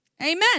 Amen